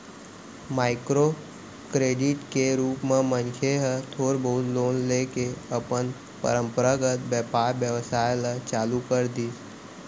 micro credit के रुप म मनखे ह थोर बहुत लोन लेके अपन पंरपरागत बेपार बेवसाय ल चालू कर दिस